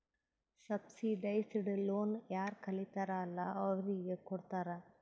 subsidised loan ಯಾರ್ ಕಲಿತಾರ್ ಅಲ್ಲಾ ಅವ್ರಿಗ ಕೊಡ್ತಾರ್